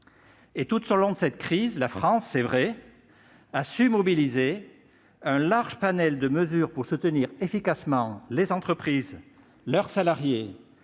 Tout au long de cette crise, la France- c'est vrai -a su mobiliser un large panel de mesures pour soutenir efficacement les entreprises, leurs salariés